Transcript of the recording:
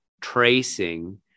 tracing